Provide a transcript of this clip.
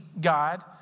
God